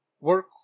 work